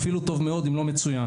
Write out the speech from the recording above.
אפילו טוב מאוד אם לא מצוין.